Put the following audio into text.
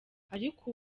ariko